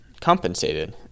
compensated